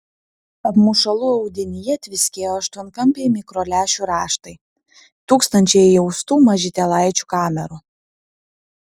apmušalų audinyje tviskėjo aštuonkampiai mikrolęšių raštai tūkstančiai įaustų mažytėlaičių kamerų